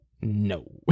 No